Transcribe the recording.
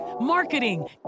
marketing